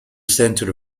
centre